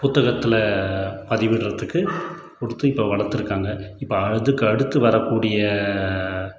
புத்தகத்தில் பதிவிட்றதுக்கு கொடுத்து இப்போ வளர்த்துருக்காங்க இப்போ அதுக்கு அடுத்து வரக்கூடிய